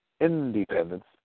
independence